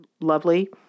lovely